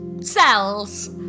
Cells